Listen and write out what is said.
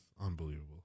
Unbelievable